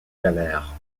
galères